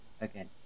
Again